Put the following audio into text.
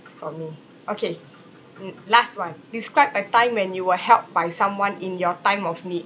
for me okay mm last one describe a time when you were helped by someone in your time of need